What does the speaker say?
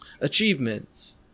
achievements